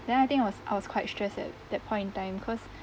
then I think I was I was quite stressed at that point in time cause